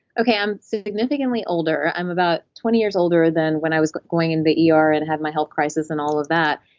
okay, i'm significantly older. i'm about twenty years older than when i was going in the er and have my health crises and all of that,